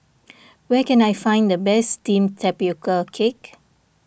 where can I find the best Steamed Tapioca Cake